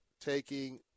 taking